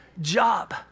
job